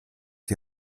die